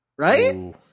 Right